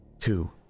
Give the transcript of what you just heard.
Two